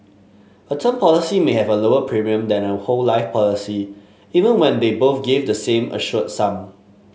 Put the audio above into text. a term policy may have a lower premium than a whole life policy even when they both give the same assured sum